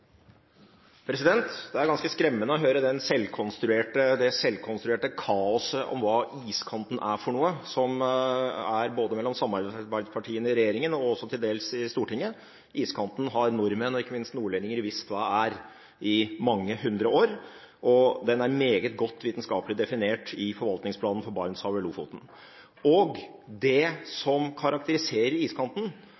ganske skremmende å høre det selvkonstruerte kaoset om hva iskanten er som er både mellom samarbeidspartiene i regjeringen og også til dels i Stortinget. Nordmenn, og ikke minst nordlendinger, har visst hva iskanten er i mange hundre år, og den er meget godt vitenskapelig definert i forvaltningsplanen for Barentshavet og Lofoten. Det som karakteriserer iskanten, er først og fremst at det